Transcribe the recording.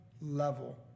level